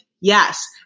yes